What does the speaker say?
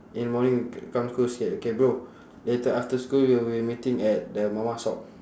in morning come school say okay bro later after school we will be meeting at the mama shop